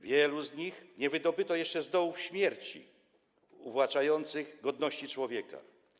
Wielu z nich nie wydobyto jeszcze z dołów śmierci uwłaczających godności człowieka.